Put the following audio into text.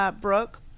Brooke